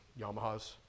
Yamahas